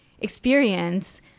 experience